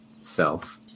self